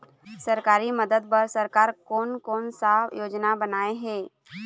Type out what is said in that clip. सरकारी मदद बर सरकार कोन कौन सा योजना बनाए हे?